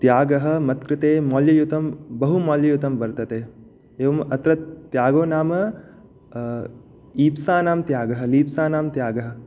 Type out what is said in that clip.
त्यागः मत्कृते मौल्ययुतं बहुमौल्ययुतं वर्तते एवम् अत्र त्यागो नाम ईप्सानां त्यागः लीप्सानां त्यागः